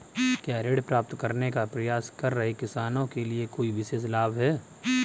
क्या ऋण प्राप्त करने का प्रयास कर रहे किसानों के लिए कोई विशेष लाभ हैं?